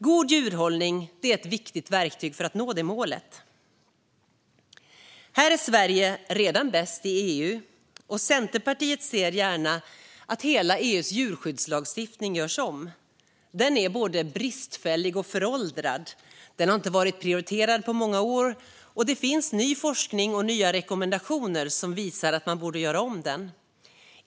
God djurhållning är ett viktigt verktyg för att nå det målet. Här är Sverige redan bäst i EU. Centerpartiet ser gärna att hela EU:s djurskyddslagstiftning görs om, eftersom den är både bristfällig och föråldrad. Den har inte varit prioriterad på många år, och det finns ny forskning och nya rekommendationer som visar att man borde göra om den.